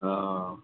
हँ